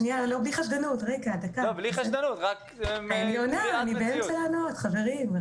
רגע, שנייה, בלי חשדנות, אני באמצע לענות, חברים.